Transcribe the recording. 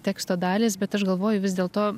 teksto dalys bet aš galvoju vis dėlto